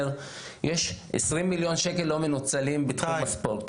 שיש 20,000,000 ₪ לא מנוצלים בתחום הספורט.